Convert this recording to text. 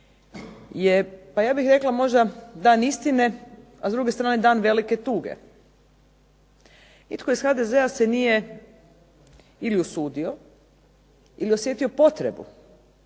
ja bih rekla možda dan istine, a s druge strane dan velike tuge. Nitko iz HDZ-a se nije ili usudio ili osjetio potrebu